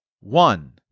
one